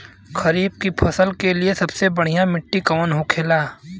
खरीफ की फसल के लिए सबसे बढ़ियां मिट्टी कवन होखेला?